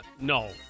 No